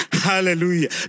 Hallelujah